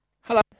Hello